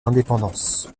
indépendance